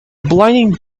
blinding